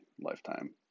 lifetime